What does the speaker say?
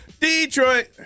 Detroit